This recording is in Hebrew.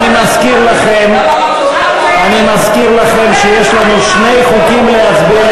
אני מזכיר לכם שיש לנו שני חוקים להצביע